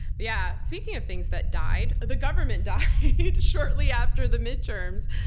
yeah. speaking of things that died, the government died shortly after the midterms.